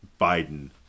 biden